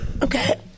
Okay